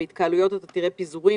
בהתקהלויות אתה תראה פיזורים,